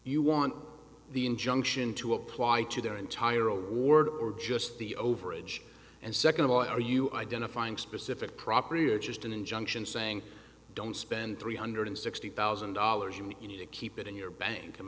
you want the injunction to apply to their entire award or just the overage and second of all are you identifying specific property or just an injunction saying don't spend three hundred sixty thousand dollars and you need to keep it in your bank come